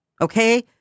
Okay